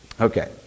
Okay